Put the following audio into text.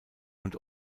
und